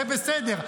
זה בסדר.